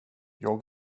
jag